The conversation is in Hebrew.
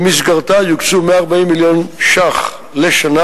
במסגרתה יוקצו 140 מיליון שקל לשנה,